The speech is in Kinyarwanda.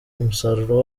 umusaruro